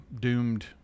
doomed